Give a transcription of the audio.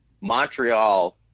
Montreal